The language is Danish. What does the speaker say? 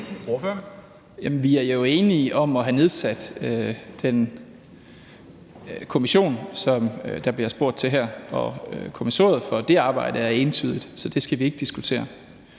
vi er jo enige om at have nedsat den kommission, som der bliver spurgt til her, og kommissoriet for det arbejde er entydigt. Så det skal vi ikke diskutere.